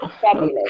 fabulous